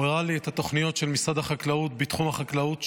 הראה לי את התוכניות של משרד החקלאות בתחום החקלאות,